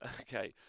Okay